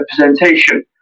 representation